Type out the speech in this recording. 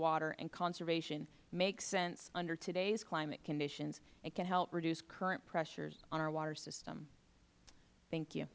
water and conservation makes sense under today's climate conditions and can help reduce current pressures on our water system thank you